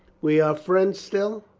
we are friends still?